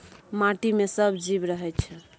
माटि मे सब जीब रहय छै